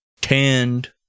Tanned